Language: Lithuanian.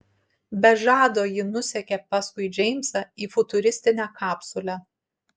be žado ji nusekė paskui džeimsą į futuristinę kapsulę